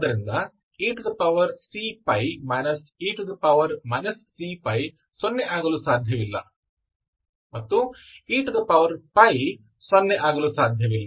ಆದ್ದರಿಂದ ecπ e cπ ಸೊನ್ನೆ ಆಗಲು ಸಾಧ್ಯವಿಲ್ಲ ಮತ್ತು e ಸೊನ್ನೆ ಆಗಲು ಸಾಧ್ಯವಿಲ್ಲ